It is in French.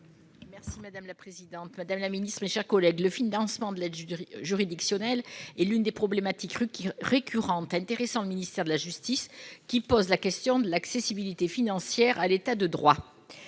Merci madame la présidente, Madame la Ministre, mes chers collègues, le financement de l'aide, je dirais juridictionnel et l'une des problématiques rue qui récurrente intéressant, le ministère de la justice qui pose la question de l'accessibilité financière à l'État de droit,